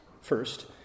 first